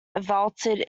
vaulted